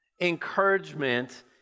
encouragement